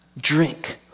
Drink